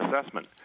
assessment